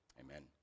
Amen